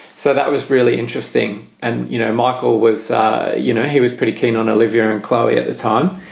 so that was really interesting. and, you know, michael was you know, he was pretty keen on olivia and chloe at the time